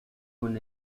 con